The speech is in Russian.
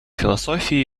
философии